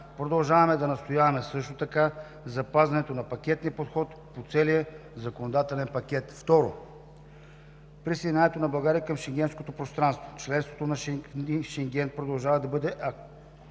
Продължаваме да настояваме също така за запазване на пакетния подход по целия законодателен пакет. Второ, присъединяването на България към Шенгенското пространство. Членството в Шенген продължава да бъде актуален